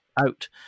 out